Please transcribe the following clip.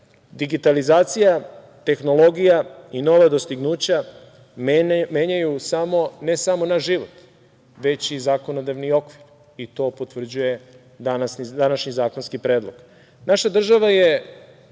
digitalizacija, tehnologija i nova dostignuća menjaju ne samo naš život, već i zakonodavni okvir i to potvrđuje današnji zakonski predlog. Naša država je